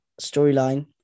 storyline